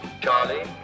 Charlie